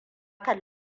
kan